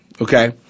Okay